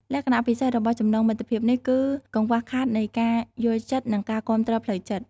លក្ខណៈពិសេសរបស់ចំណងមិត្តភាពនេះគឺកង្វះខាតនៃការយល់ចិត្តនិងការគាំទ្រផ្លូវចិត្ត។